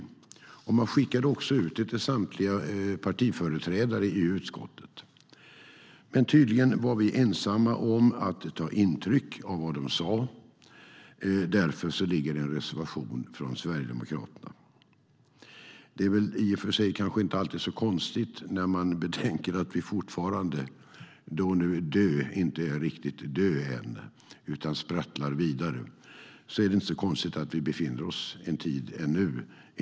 Man skickade också ut det till samtliga partiföreträdare i utskottet. Tydligen var vi dock ensamma om att ta intryck av vad de sa, och därför finns det en reservation från Sverigedemokraterna. Det är väl i och för sig inte så konstigt att vi ännu en tid befinner oss ensamma i opposition, när man betänker att DÖ inte är riktigt dö' än utan sprattlar vidare.